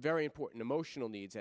very important emotional needs